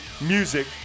music